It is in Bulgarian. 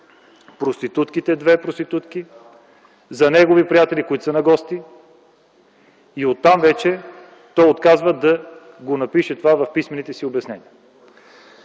обект две проститутки за негови приятели, които са на гости, и оттам вече отказва да напише това в писмените си обяснения.